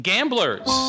Gamblers